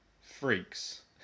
freaks